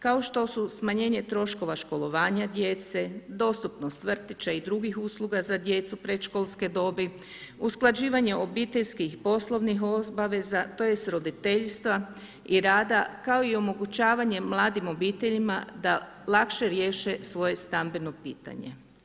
Kao što su smanjenje troškova školovanja djece, dostupnost vrtića i drugih usluga za djecu predškolske dobi, usklađivanje obiteljskih i poslovnih obaveza, tj. roditeljstva i rada kao i omogućavanje mladim obiteljima da lakše riješe svoje stambeno pitanje.